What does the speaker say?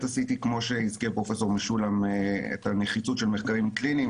כמו שהזכיר פרופ' משולם את הנחיצות של מחקרים קליניים,